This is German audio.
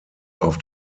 auf